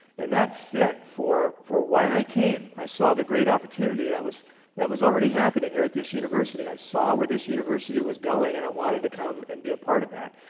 and that fit for for why i came. i saw the great opportunity that was that was already happening here at this university. i saw where this university was going, and i wanted to come and be a part of that.